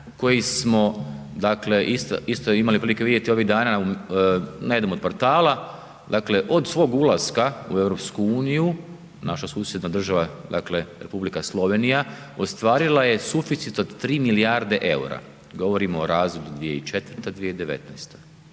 koji smo dakle isto imali prilike vidjeti ovih dana na jednom od portala, dakle od svog ulaska u EU, naša susjedna država dakle Republika Slovenija, ostvarila je suficit od 3 milijarde eura, govorimo o razdoblju 2004.-2019.